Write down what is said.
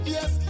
Yes